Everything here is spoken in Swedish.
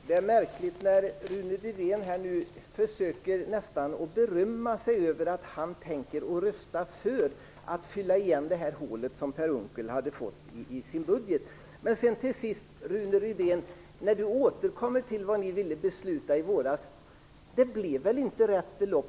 Herr talman! Det är märkligt att höra hur Rune Rydén nästan försöker berömma sig av att han tänker rösta för att fylla igen det hål Per Unckel hade fått i sin budget. Rune Rydén återkommer till vad Moderaterna ville besluta i våras. Ni föreslog väl inte rätt belopp?